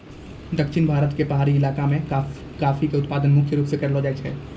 दक्षिण भारत के पहाड़ी इलाका मॅ कॉफी के उत्पादन मुख्य रूप स करलो जाय छै